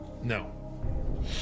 No